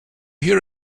hear